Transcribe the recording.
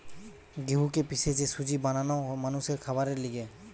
গেহুকে পিষে যে সুজি বানানো মানুষের খাবারের লিগে